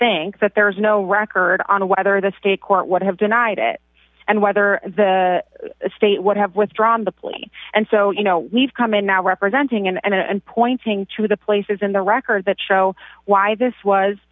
think that there's no record on whether the state court would have denied it and whether the state would have withdrawn the plea and so you know we've come in now representing and pointing to the places in the record that show why this was